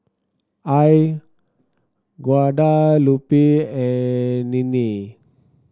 Al Guadalupe and Ninnie